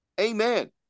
Amen